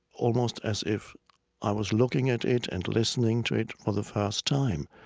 almost as if i was looking at it and listening to it for the first time.